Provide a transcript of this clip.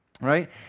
right